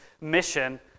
mission